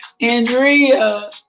Andrea